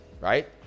right